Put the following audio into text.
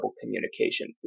communication